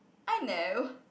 I know